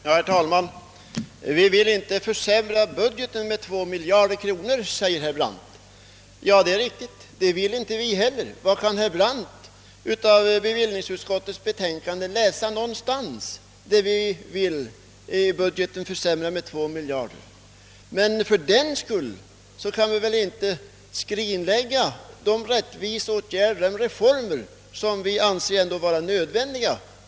Herr talman! Vi vill inte försämra budgeten med två miljarder kronor, säger herr Brandt. Det vill inte vi heller. Var kan herr Brandt i bevillningsutskottets betänkande läsa ut att centern önskar försämra budgeten med två miljarder kronor? Men, det är en medveten förvrängning, som saknar stöd i verkligheten, fördenskull kan vi väl inte avstå från de reformer som vi ändå anser vara nödvändiga.